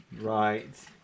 Right